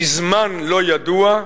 בזמן לא ידוע,